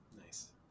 Nice